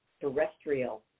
terrestrial